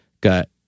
got